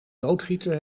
loodgieter